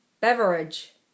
Beverage